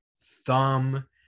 thumb